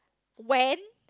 when